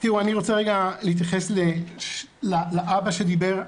אני רוצה רגע להתייחס לאבא שדיבר.